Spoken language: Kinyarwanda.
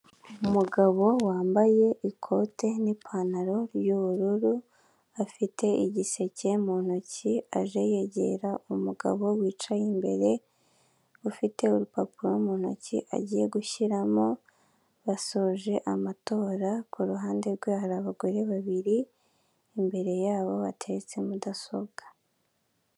Umugabo wambaye ikote n'ipantaro y'ubururu afite igiseke mu ntoki, aje yegera umugabo wicaye imbere ufite urupapuro mu ntoki agiye gushyiramo. Basoje amatora ku ruhande rwe hari abagore babiri, imbere yabo hateretse mudasobwa.